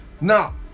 Now